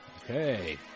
Okay